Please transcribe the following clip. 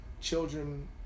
children